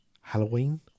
Halloween